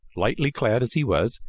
lightly clad as he was,